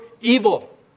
evil